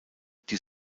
die